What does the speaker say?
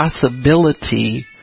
possibility